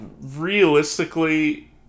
realistically